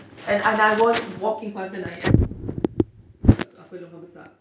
and I was walking past then I actually saw the otters in the apa longkang besar